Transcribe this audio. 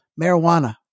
Marijuana